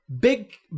big